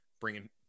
bringing